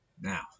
Now